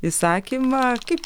išsakymą kai